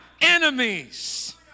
enemies